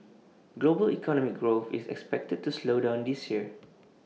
global economic growth is expected to slow down this year